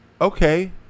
okay